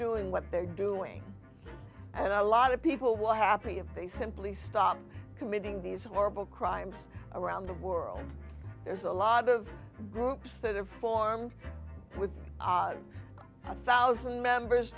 doing what they're doing and a lot of people were happy if they simply stop committing these horrible crimes around the world there's a lot of groups that are formed with odd thousand members